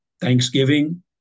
Thanksgiving